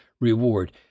reward